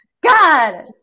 God